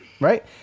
right